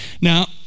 Now